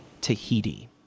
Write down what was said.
tahiti